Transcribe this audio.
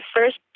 first